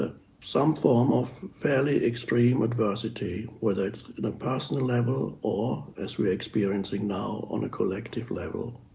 ah some form of fairly extreme adversity, whether it's at a personal level or as we're experiencing now, on a collective level.